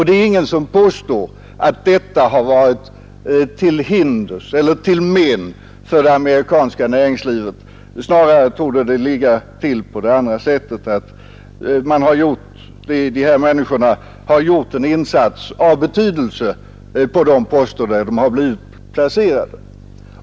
Det är ingen som påstår att detta har varit till men för det amerikanska näringslivet. Snarare torde det ligga till så att dessa människor har gjort en insats av betydelse på de poster där de har blivit placerade.